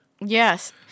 Yes